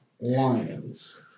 Lions